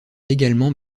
également